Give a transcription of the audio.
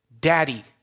Daddy